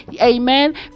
amen